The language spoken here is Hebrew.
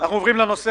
הישיבה